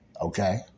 Okay